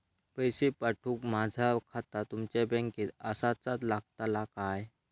पैसे पाठुक माझा खाता तुमच्या बँकेत आसाचा लागताला काय?